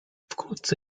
wkrótce